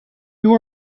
you